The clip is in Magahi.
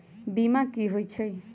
बीमा कि होई छई?